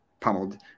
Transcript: pummeled